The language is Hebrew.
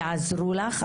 יעזרו לך.